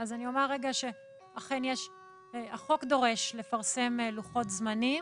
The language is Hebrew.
אומר שאכן החוק דורש לפרסם לוחות זמנים